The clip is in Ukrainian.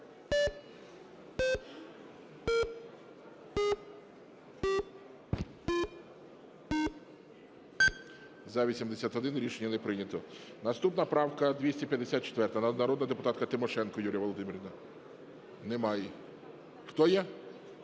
За-81 Рішення не прийнято. Наступна правка 254, народна депутатка Тимошенко Юлія Володимирівна. Немає її. Хто є?